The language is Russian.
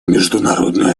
международной